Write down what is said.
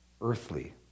earthly